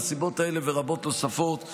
מהסיבות האלה ורבות נוספות,